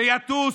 שיטוס,